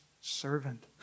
servant